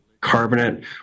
carbonate